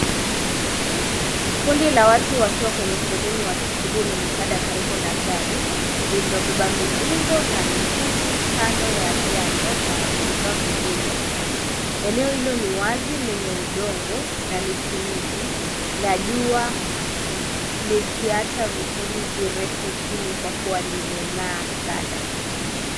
Kundi la watu wakiwa kwenye foleni wakisubiri misaada karibu gari lililobeba mizigo na mitungi kando ya njano na vifaa vingine. Eneo hilo ni wazi lenye udongo na miti mingi na jua likiwacha vifuli virefu chini kwa kuwa limeng'aa sana.